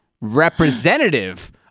representative